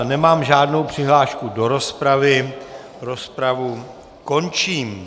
Nemám žádnou přihlášku do rozpravy, rozpravu končím.